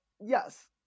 Yes